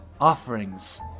offerings